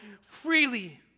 freely